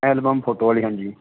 album photo ਵਾਲੀ ਹਾਂਜੀ